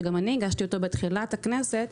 שגם אני הגשתי אותה בתחילת הכנסת,